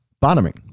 bottoming